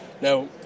Now